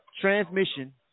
Transmission